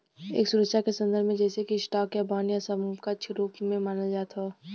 एक सुरक्षा के संदर्भ में जइसे कि स्टॉक या बांड या समकक्ष रूप में मानल जात हौ